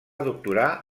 doctorar